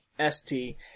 ST